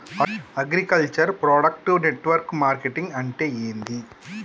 Agriculture product network marketing అంటే ఏంది?